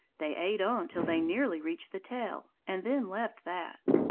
they ate on till they nearly reached the tail and then left that.